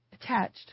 attached